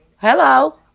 Hello